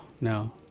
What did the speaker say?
no